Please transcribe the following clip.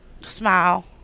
smile